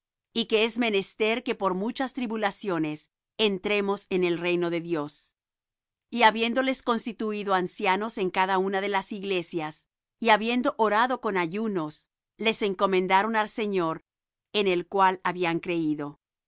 y que es menester que por muchas tribulaciones entremos en el reino de dios y habiéndoles constituído ancianos en cada una de las iglesias y habiendo orado con ayunos los encomendaron al señor en el cual habían creído